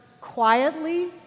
quietly